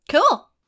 Cool